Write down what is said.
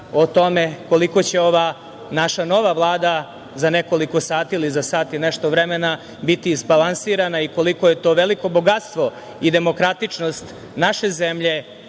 o tome koliko će ova naša nova Vlada, za nekoliko sati ili za sat i nešto vremena biti izbalansirana i koliko je to veliko bogatstvo i demokratičnost naše zemlje